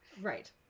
Right